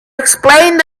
explained